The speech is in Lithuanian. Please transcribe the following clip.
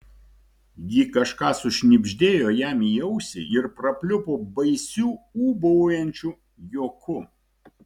ji kažką sušnibždėjo jam į ausį ir prapliupo baisiu ūbaujančiu juoku